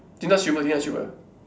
Din-Tat silver already get silver